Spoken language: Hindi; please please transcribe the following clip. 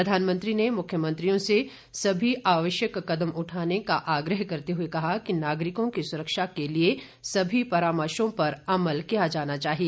प्रधानमंत्री ने मुख्यमंत्रियों से सभी आवश्यक कदम उठाने का आग्रह करते हुए कहा कि नागरिकों की सुरक्षा के लिए सभी परामर्शों पर अमल किया जाना चाहिए